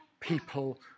people